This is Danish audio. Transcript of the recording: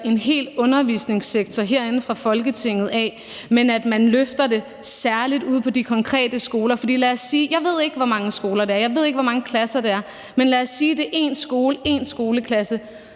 en hel undervisningssektor herinde fra Folketinget, men man skal løfte det ude på de konkrete skoler. Jeg ved ikke, hvor mange skoler det er, og jeg ved ikke, hvor mange klasser det er, men lad os sige, at det er én skole og én skoleklasse